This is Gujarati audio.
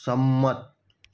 સંમત